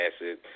acid